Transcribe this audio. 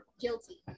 guilty